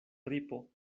ripo